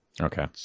Okay